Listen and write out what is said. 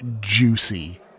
juicy